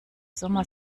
sommer